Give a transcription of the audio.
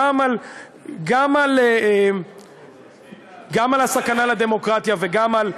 גם על הסכנה לדמוקרטיה וגם על,